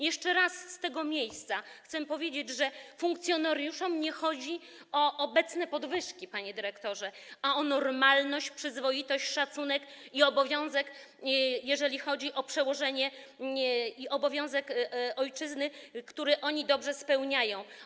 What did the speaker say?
Jeszcze raz z tego miejsca chcę powiedzieć, że funkcjonariuszom nie chodzi o obecne podwyżki, panie dyrektorze, ale o normalność, przyzwoitość, szacunek, i jeżeli chodzi o przełożenie i obowiązek wobec ojczyzny, który oni dobrze spełniają.